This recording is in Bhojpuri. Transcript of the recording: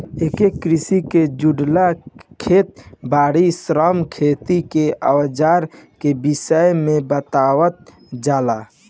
एमे कृषि के जुड़ल खेत बारी, श्रम, खेती के अवजार के विषय में बतावल जाला